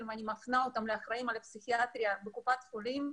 ואני מפנה אותם לאחראים על הפסיכיאטריה בקופת חולים.